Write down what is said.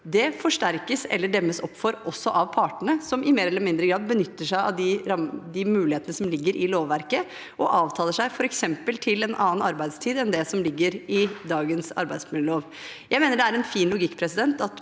forsterkes eller demmes opp for av partene, som i mer eller mindre grad benytter seg av de mulighetene som ligger i lovverket, og avtaler seg f.eks. til en annen arbeidstid enn det som ligger i dagens arbeidsmiljølov. Jeg mener det er en fin logikk i at